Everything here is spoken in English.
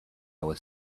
was